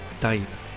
dave